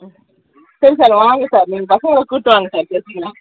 சரி சார் வாங்க சார் நீங்கள் பசங்களை கூபிட்டு வாங்க சார் பேசிக்கலாம்